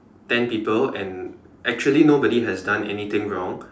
ten people and actually nobody has done anything wrong